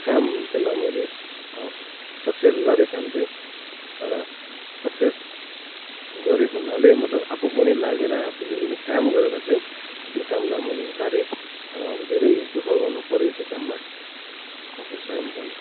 काम त्यसलाई मैले सक्सेस गरेँ काम चाहिँ तर सक्सेस गरेँ भन्नाले मतलब आफू पनि लागेर आफूले पनि काम गरेर चाहिँ त्यो कामलाई मैले उतारेँ र अब धेरै दु ख गर्नु पर्यो त्यो काममा आफू स्वयम् पनि